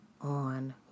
on